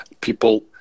People